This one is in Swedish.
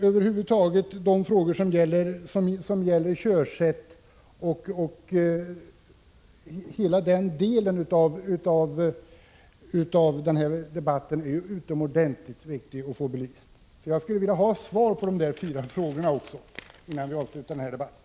Över huvud taget är hela den del av problematiken som gäller körsätt o. d. utomordentligt viktig att få belyst. Jag skulle vilja ha svar på mina fyra frågor innan vi avslutar debatten.